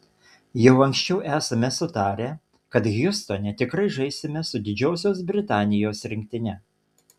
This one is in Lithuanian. jau anksčiau esame sutarę kad hjustone tikrai žaisime su didžiosios britanijos rinktine